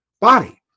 body